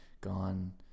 gone